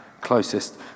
closest